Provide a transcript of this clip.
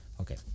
Okay